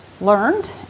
learned